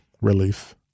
relief